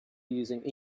using